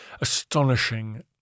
astonishing